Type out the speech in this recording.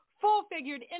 full-figured